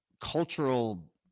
cultural